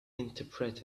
interpret